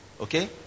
Okay